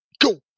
Go